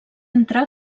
entrar